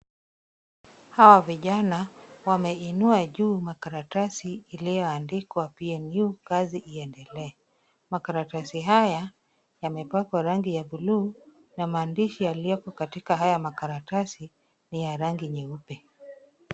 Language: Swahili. Hawa vijana wameinua juu makaratasi iliyoandikwa "PNU Kazi Iendelee."Makaratasi haya yamepakwa rangi ya buluu na maandishi yaliyoko katika haya makaratasi ni ya rangi nyeupe.